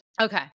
okay